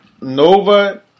Nova